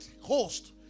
host